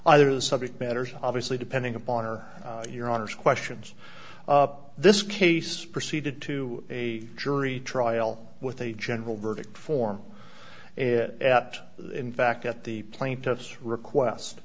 either the subject matter obviously depending upon or your honour's questions this case proceeded to a jury trial with a general verdict form is apt in fact at the plaintiff's request